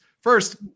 first –